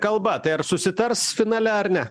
kalba tai ar susitars finale ar ne